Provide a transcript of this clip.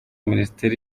minisiteri